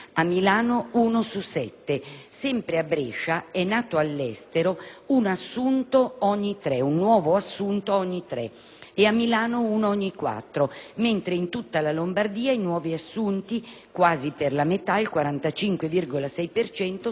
sempre a Brescia, è nato all'estero un nuovo assunto ogni tre e a Milano uno ogni quattro, mentre in tutta la Lombardia i nuovi assunti, quasi per la metà (il 45,6 per cento) sono nati all'estero.